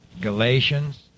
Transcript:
Galatians